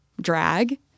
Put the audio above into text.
drag